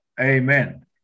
amen